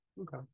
Okay